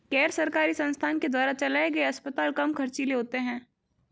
गैर सरकारी संस्थान के द्वारा चलाये गए अस्पताल कम ख़र्चीले होते हैं